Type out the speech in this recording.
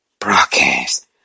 broadcast